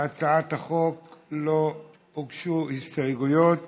להצעת החוק לא הוגשו הסתייגויות